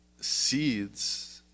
seeds